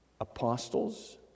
Apostles